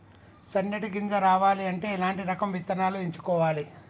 సన్నటి గింజ రావాలి అంటే ఎలాంటి రకం విత్తనాలు ఎంచుకోవాలి?